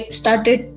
started